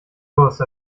durst